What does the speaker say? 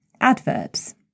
Adverbs